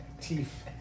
Teeth